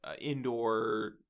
indoor